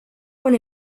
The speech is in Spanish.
con